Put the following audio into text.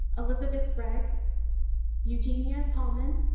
elizabeth greg eugenia holman